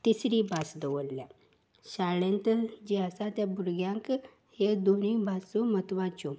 तिसरी भास दवरल्या शाळेंत जे आसा त्या भुरग्यांक ह्यो दोनूय भासो म्हत्वाच्यो